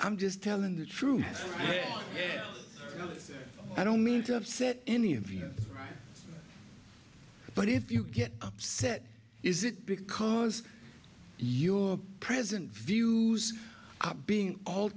i'm just telling the truth i don't mean to upset any of you but if you get upset is it because your present views are being al